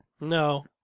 No